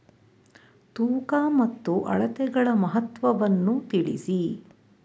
ತೂಕ ಮತ್ತು ಅಳತೆಗಳ ಮಹತ್ವವನ್ನು ತಿಳಿಸಿ?